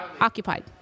occupied